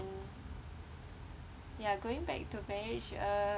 ya going back to marriage uh